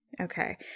Okay